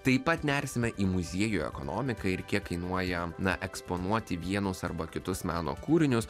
taip pat nersime į muziejų ekonomikai ir kiek kainuoja na eksponuoti vienus arba kitus meno kūrinius